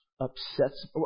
upsets